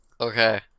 Okay